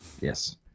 yes